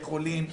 לחולים.